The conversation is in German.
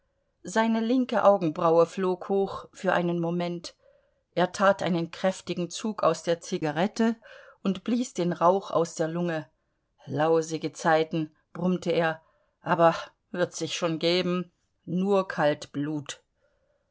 seine linke augenbraue flog hoch für einen moment er tat einen kräftigen zug aus der zigarette und blies den rauch aus der lunge lausige zeiten brummte er aber wird sich schon geben nur kalt blut